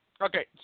Okay